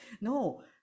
No